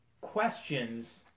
questions